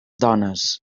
dones